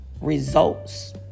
results